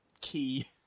key